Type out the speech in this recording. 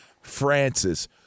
Francis